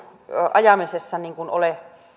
ajamisessa ole